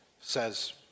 says